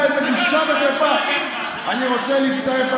אני נגד מה